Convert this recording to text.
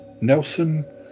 Nelson